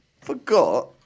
forgot